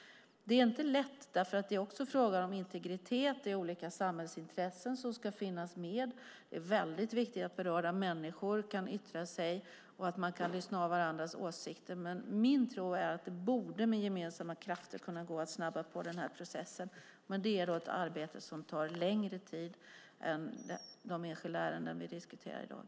Det är inte lätt, för det är också en fråga om integritet och om olika samhällsintressen som ska finnas med. Det är väldigt viktigt att berörda människor kan yttra sig och att man kan lyssna av varandras åsikter. Min tro är att det med gemensamma krafter borde gå att snabba på processen, men det är då ett arbete som tar längre tid än de enskilda ärenden vi diskuterar i dag.